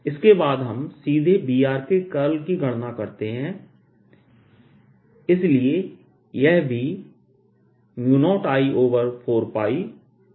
इसके बाद हम सीधे Brके कर्ल की गणना करते हैं इसलिए यह भी 0I4πdl×r r